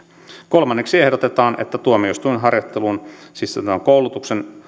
kolmanneksi ehdotetaan että tuomioistuinharjoitteluun sisältyvän koulutuksen